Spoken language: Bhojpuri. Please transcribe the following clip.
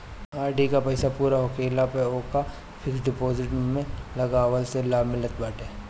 आर.डी कअ पईसा पूरा होखला पअ ओके फिक्स डिपोजिट में लगवला से लाभ मिलत बाटे